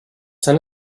son